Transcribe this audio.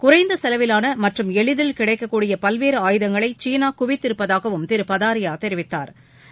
குறைந்த செலவிலான மற்றும் எளிதில் கிடைக்கக்கூடிய பல்வேறு ஆயுதங்களை சீனா குவித்திருப்பதாகவும் திரு பதாரியா தெரிவித்தாா்